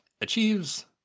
achieves